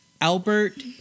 Albert